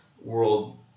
world